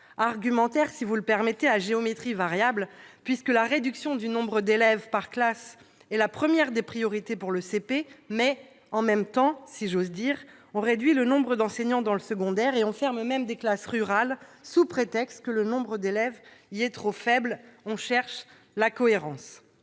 argumentaire est à géométrie variable ! La réduction du nombre d'élèves par classe est la première des priorités pour le CP, mais, « en même temps », on réduit le nombre d'enseignants dans le secondaire et on ferme même des classes rurales au prétexte que le nombre d'élèves y est trop faible. On cherche la cohérence